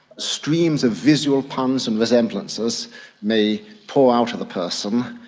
streams of visual puns and resemblances may pour out of the person,